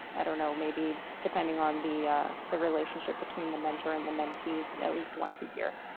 i don't know maybe depending on the the relationship between the mentor and the mentee at least once a year.